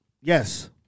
yes